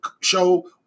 show